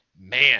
Man